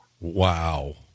Wow